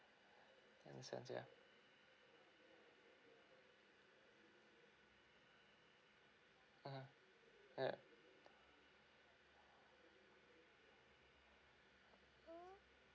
understands yeah ah ha yeah